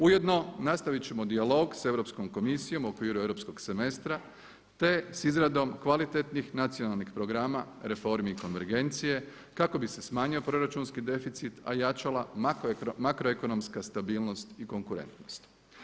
Ujedno nastavit ćemo dijalog s Europskom komisijom u okviru europskog semestra te s izradom kvalitetnih nacionalnih programa, reformi i konvergencije kako bi se smanjio proračunski deficit a jačala makroekonomska stabilnost i konkurentnost.